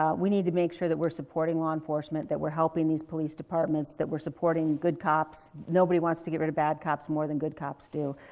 um we need to make sure that we're supporting law enforcement, that we're helping these police departments, that we're supporting good cops. nobody wants to get rid of bad cops more than good cops do.